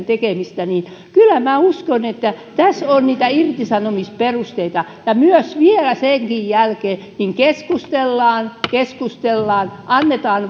tekemistä niin kyllä minä uskon että tässä on niitä irtisanomisperusteita ja senkin jälkeen vielä keskustellaan keskustellaan annetaan